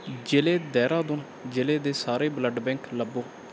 ਜ਼ਿਲ੍ਹੇ ਦੇਹਰਾਦੂਨ ਜ਼ਿਲ੍ਹੇ ਦੇ ਸਾਰੇ ਬਲੱਡ ਬੈਂਕ ਲੱਭੋ